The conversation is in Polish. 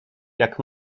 jak